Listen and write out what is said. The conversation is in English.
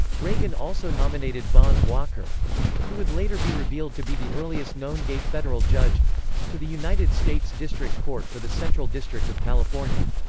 reagan also nominated vaughn walker who would later be revealed to be the earliest known gay federal judge to the united states district court for the central district of california.